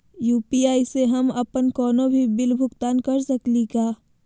UPI स हम अप्पन कोनो भी बिल भुगतान कर सकली का हे?